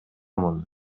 муну